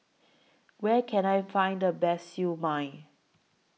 Where Can I Find The Best Siew Mai